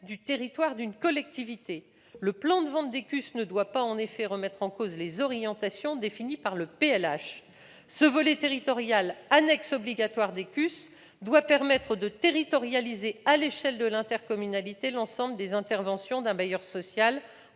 du territoire d'une collectivité. Le plan de vente des CUS ne doit pas, en effet, remettre en cause les orientations définies par le PLH. Ce volet territorial, annexe obligatoire des CUS, doit permettre de territorialiser, à l'échelle de l'intercommunalité, l'ensemble des interventions d'un bailleur social,